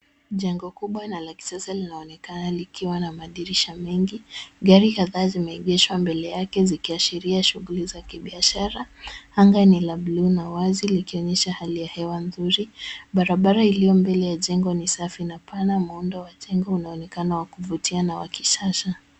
Jengo kubwa na la kisiasa linaonekana likiwa na madirisha mengi. Gari kadhaa zimeegeshwa mbele yake zikiashiria shughuli za kibiashara. Anga ni la buluu na wazi likionyesha hali ya hewa nzuri. Barabara iliyo mbele ya jengo ni safi na pana. Muundo wa jengo unaonekana wa kuvutia na wa kisasa.